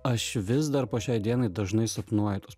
aš vis dar po šiai dienai dažnai sapnuoju tuos